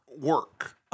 work